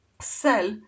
sell